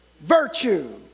virtue